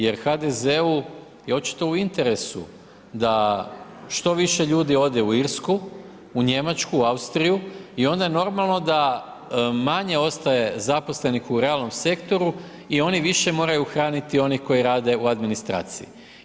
Jer HDZ-u je očito u interesu da što više ljudi ode u Irsku, u Njemačku, Austriju i onda je normalan da manje ostaje zaposlenih u realnom sektoru i oni više moraju hraniti one koji radi u administraciji.